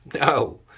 No